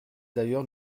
d’ailleurs